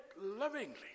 lovingly